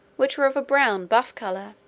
which were of a brown buff colour.